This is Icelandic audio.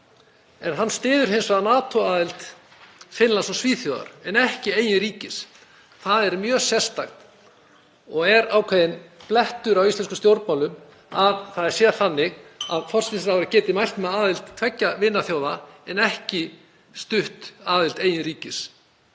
En hann styður hins vegar NATO-aðild Finnlands og Svíþjóðar en ekki eigin ríkis. Það er mjög sérstakt og er ákveðinn blettur á íslenskum stjórnmálum að það sé þannig að forsætisráðherra geti mælt með aðild tveggja vinaþjóða en ekki stutt aðild eigin ríkis.